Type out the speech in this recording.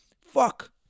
Fuck